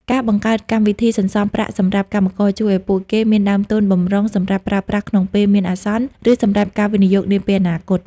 ការបង្កើតកម្មវិធីសន្សំប្រាក់សម្រាប់កម្មករ ជួយឱ្យពួកគេមានដើមទុនបម្រុងសម្រាប់ប្រើប្រាស់ក្នុងពេលមានអាសន្ន ឬសម្រាប់ការវិនិយោគនាពេលអនាគត។